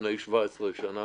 לפני 17 שנים.